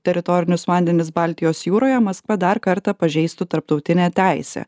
teritorinius vandenis baltijos jūroje maskva dar kartą pažeistų tarptautinę teisę